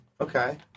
Okay